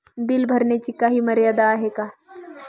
Bill भरण्याची काही मर्यादा आहे का?